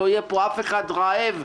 לא יהיה פה אף אחד רעב,